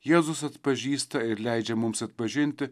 jėzus atpažįsta ir leidžia mums atpažinti